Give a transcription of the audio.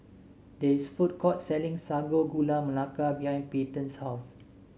there is a food court selling Sago Gula Melaka behind Peyton's house